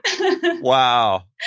Wow